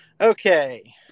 Okay